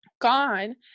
gone